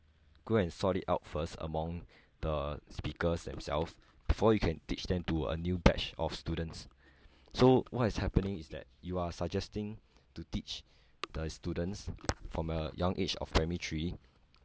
go and sort it out first among the speakers themselves before you can teach them to a new batch of students so what is happening is that you are suggesting to teach the students from a young age of primary three